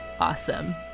awesome